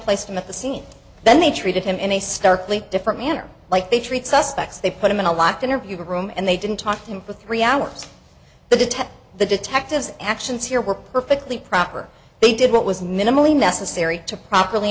placed him at the scene then they treated him in a starkly different manner like they treat suspects they put him in a locked interview room and they didn't talk to him for three hours the detect the detectives actions here were perfectly proper they did what was minimally necessary to properly